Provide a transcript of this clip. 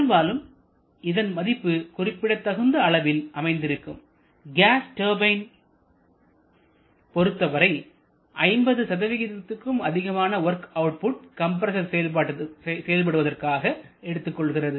பெரும்பாலும் இதன் மதிப்பு குறிப்பிடத்தக்க அளவில் அமைந்திருக்கும் கேஸ் டர்பைன் பொறுத்தவரை 50 அதிகமான வொர்க் அவுட்புட் கம்பரசர் செயல்படுவதற்காக எடுத்துக்கொள்கிறது